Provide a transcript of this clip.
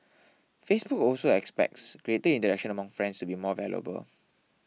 Facebook also expects greater interaction among friends to be more valuable